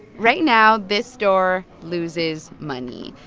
right now, this store loses money.